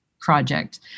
project